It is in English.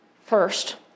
First